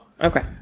Okay